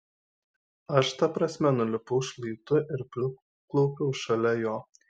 aš ta prasme nulipau šlaitu ir priklaupiau šalia jo